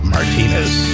Martinez